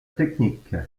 technique